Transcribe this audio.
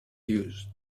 used